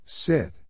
Sit